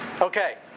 Okay